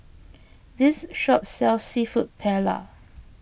this shop sells Seafood Paella